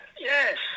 Yes